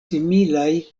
similaj